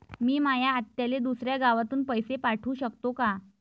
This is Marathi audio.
मी माया आत्याले दुसऱ्या गावातून पैसे पाठू शकतो का?